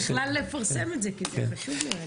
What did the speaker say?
או בכלל לפרסם את זה כי זה חשוב נראה לי.